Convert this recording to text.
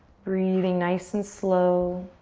breathing nice and slow.